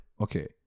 okay